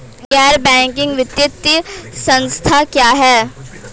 गैर बैंकिंग वित्तीय संस्था क्या है?